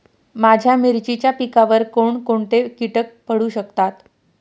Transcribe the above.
माझ्या मिरचीच्या पिकावर कोण कोणते कीटक पडू शकतात?